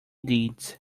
deeds